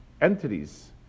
entities